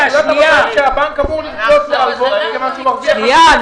שהבנק אמור --- הלוואות מכיוון שהוא מחזיר --- שנייה.